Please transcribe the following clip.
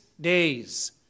days